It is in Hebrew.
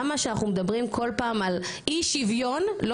למה שאנחנו מדברים כל פעם על אי שוויון לא